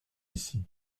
ici